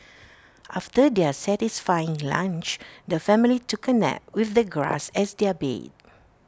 after their satisfying lunch the family took A nap with the grass as their bed